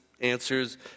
answers